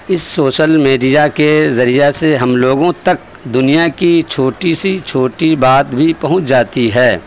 اس social media کے ذریعہ سے ہم لوگوں تک دنیا کی چھوٹی سی چھوٹی بات بھی پہنچ جاتی ہے